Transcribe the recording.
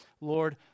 Lord